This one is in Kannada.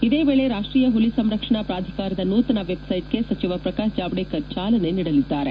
ಇದೇ ವೇಳೆ ರಾಷ್ಟೀಯ ಪುಲಿ ಸಂರಕ್ಷಣಾ ಪ್ರಾಧಿಕಾರದ ನೂತನ ವೆಬ್ಸೈಟ್ಗೆ ಸಚಿವ ಪ್ರಕಾಶ್ ಜಾವಡೇಕರ್ ಜಾಲನೆ ನೀಡಲಿದ್ದಾರೆ